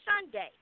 Sunday